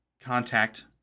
contact